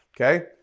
Okay